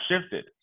shifted